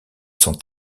sont